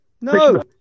No